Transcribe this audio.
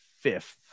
fifth